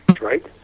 right